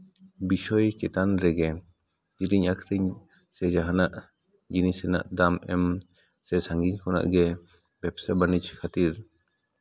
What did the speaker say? ᱵᱤᱥᱚᱭ ᱪᱮᱛᱟᱱ ᱨᱮᱜᱮ ᱠᱤᱨᱤᱧ ᱟᱹᱠᱷᱨᱤᱧ ᱥᱮ ᱡᱟᱦᱟᱱᱟᱜ ᱡᱤᱱᱤᱥ ᱨᱮᱱᱟᱜ ᱫᱟᱢ ᱮᱢ ᱥᱮ ᱥᱟᱺᱜᱤᱧ ᱠᱷᱚᱱᱟᱜ ᱜᱮ ᱵᱮᱵᱽᱥᱟ ᱵᱟᱹᱱᱤᱡᱽ ᱠᱷᱟᱹᱛᱤᱨ